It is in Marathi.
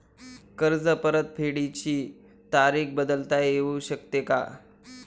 कर्ज परतफेडीची तारीख बदलता येऊ शकते का?